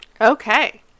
Okay